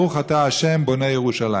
ברוך אתה ה' בונה ירושלים.